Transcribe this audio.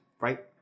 right